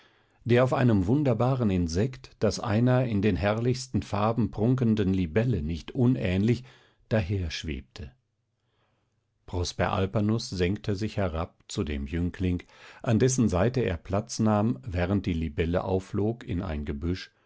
der auf einem wunderbaren insekt das einer in den herrlichsten farben prunkenden libelle nicht unähnlich daherschwebte prosper alpanus senkte sich herab zu dem jüngling an dessen seite er platz nahm während die libelle aufflog in ein gebüsch